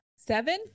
Seven